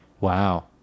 Wow